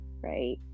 right